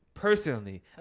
Personally